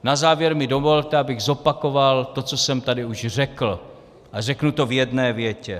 Na závěr mi dovolte, abych zopakoval to, co jsem tady už řekl, a řeknu to v jedné větě.